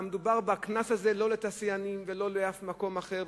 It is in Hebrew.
מדובר בקנס הזה לא על תעשיינים ולא על שום מקום אחר,